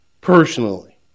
personally